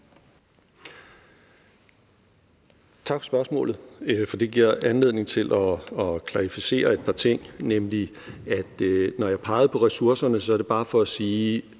Tak for spørgsmålet, for det giver anledning til at klarificere et par ting. Når jeg pegede på spørgsmålet om ressourcerne, var det bare for at sige,